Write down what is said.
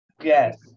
Yes